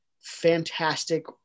fantastic